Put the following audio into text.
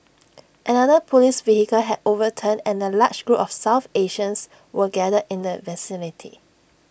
another Police vehicle had overturned and A large group of south Asians were gathered in the vicinity